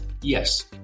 Yes